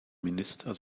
minister